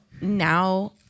now